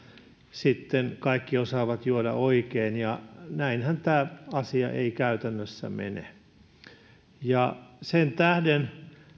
sitten kaikki osaavat juoda oikein näinhän tämä asia ei käytännössä mene sen tähden